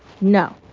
No